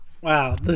Wow